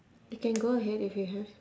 you can go ahead if you have